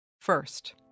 First